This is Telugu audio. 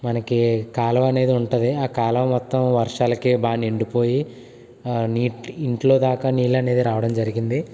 మనకి కాలువ అనేది ఉంటుంది ఆ కాలువ మొత్తం వర్షాలకి బాగా నిండిపోయి ఆ నీటి ఇంట్లో దాకా నీళ్ళు అనేది రావడం జరిగింది